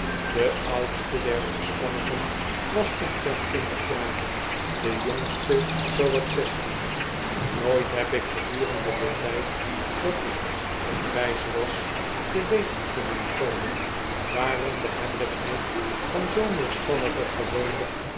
de oudste der weerspannigen was omtrent twintig jaar de jongste zoo wat zestien nooit heb ik gedurende den tijd dat ik op reis was te weten kunnen komen waarom de hebbelijkheid van zoom weerspannige gewoonlijk